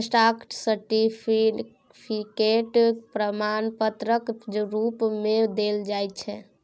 stock certificate प्रमाण पत्रक रुप मे देल जाइ छै